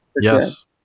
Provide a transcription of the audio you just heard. yes